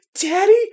daddy